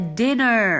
dinner